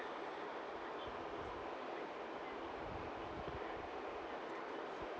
uh